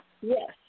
Yes